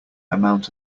amount